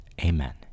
Amen